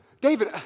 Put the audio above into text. David